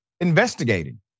investigating